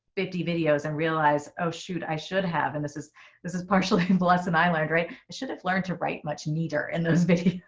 fifty videos and realize, oh, shoot, i should have. and this is this is partially a and lesson i learned. right. i should have learned to write much neater in those videos.